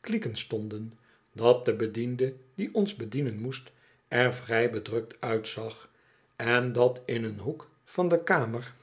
klieken stonden dat de bediende die ons bedienen moest er vrij bedrukt uitzag en dat in een hoek van de kamer